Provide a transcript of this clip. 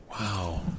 Wow